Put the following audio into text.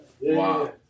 Wow